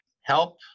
help